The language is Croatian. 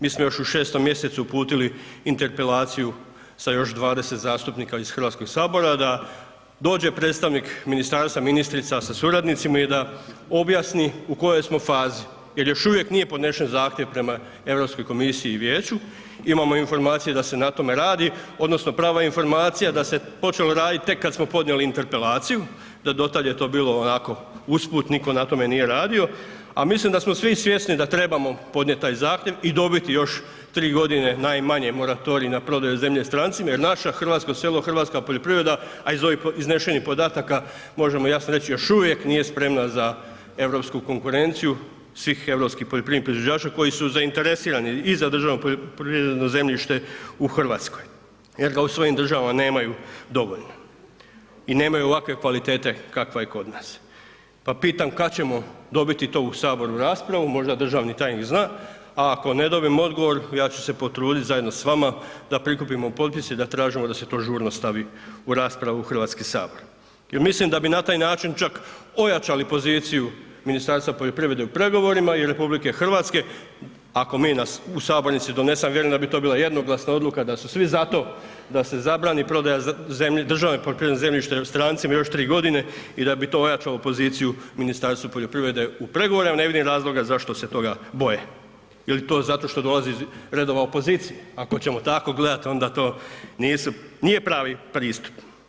Mi smo još u 6. mjesecu uputili interpelaciju sa još 20 zastupnika iz HS da dođe predstavnik ministarstva, ministrica sa suradnicima i da objasni u kojoj smo fazi jer još uvijek nije podnesen zahtjev prema Europskoj komisiji i vijeću, imamo informacije da se na tome radi odnosno prava informacije da se počelo radit tek kad smo podnijeli interpelaciju da do tad je to bilo onako usput, nitko na tome nije radio, a mislim da smo svi svjesni da trebamo podnijet taj zahtjev i dobiti još 3.g. najmanje moratorij na prodaju zemlje strancima jer naše hrvatsko selo, hrvatska poljoprivreda, a iz ovih iznešenih podataka možemo jasno reći još uvijek nije spremna za europsku konkurenciju svih europskih poljoprivrednih proizvođača koji su zainteresirani i za državno poljoprivredno zemljište u RH jer ga u svojim državama nemaju dovoljno i nemaju ovakve kvalitete kakva je kod nas, pa pitam kad ćemo dobiti to u HS raspravu, možda državni tajnik zna, a ako ne dobijem odgovor, ja ću se potrudit zajedno s vama da prikupimo potpise i da tražimo da se to žurno stavi u raspravu u HS jer mislim da bi na taj način čak ojačali poziciju Ministarstva poljoprivrede u pregovorima i RH ako mi nas u sabornici donesemo, vjerujem da bi to bila jednoglasna odluka da su svi za to, da se zabrani prodaja državne poljoprivredne zemljište strancima još 3.g. i da bi to ojačalo poziciju Ministarstva poljoprivrede u pregovorima, ne vidim razloga zašto se toga boje, je li to zato što dolazi iz redova opozicije, ako ćemo tako gledat onda to nisu, nije pravi pristup.